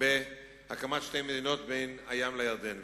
בהקמת שתי מדינות בין הים לירדן.